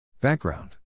Background